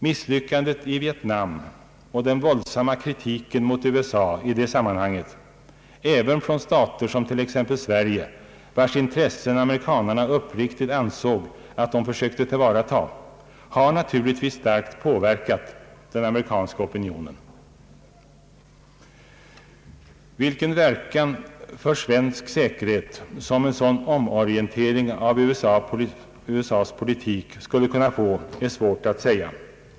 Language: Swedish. Misslyckandet i Vietnam och den våldsamma kritiken mot USA i det sammanhanget även från stater som t.ex. Sverige, vars intressen amerikanerna uppriktigt ansåg att de försökte tillvarata, har naturligtvis starkt påverkat den amerikanska opinionen. Vilken verkan för svensk säkerhet som en sådan omorientering av USA:s politik skulle kunna få är svårt att säga.